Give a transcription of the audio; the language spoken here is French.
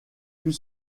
peut